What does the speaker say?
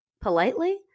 politely